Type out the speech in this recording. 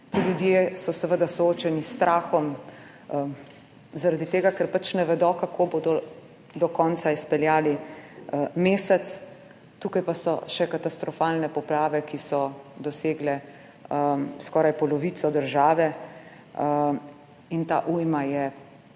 Ti ljudje so seveda soočeni s strahom, zaradi tega ker pač ne vedo, kako bodo do konca izpeljali mesec. Tukaj pa so še katastrofalne poplave, ki so dosegle skoraj polovico države. Ta ujma je